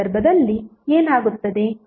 ಆ ಸಂದರ್ಭದಲ್ಲಿ ಏನಾಗುತ್ತದೆ